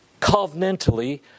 covenantally